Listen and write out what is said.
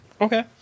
okay